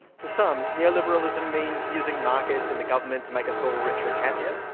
to some, neoliberalism means using markets and the government to make us all richer and happier.